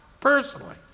personally